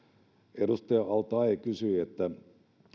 edustaja al taee kysyi